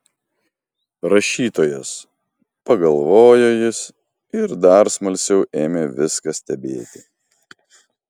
rašytojas pagalvojo jis ir dar smalsiau ėmė viską stebėti